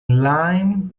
lime